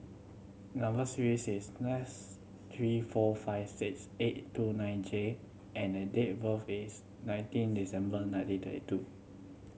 number S three four five six eight two nine J and the date of birth is nineteen December nineteen thirty two